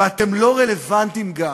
ואתם לא רלוונטיים גם,